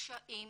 קשיים,